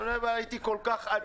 הייתי כל כך עדין.